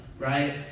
Right